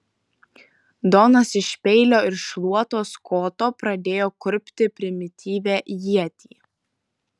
donas iš peilio ir šluotos koto pradėjo kurpti primityvią ietį